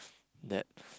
that